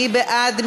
מי בעד?